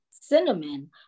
cinnamon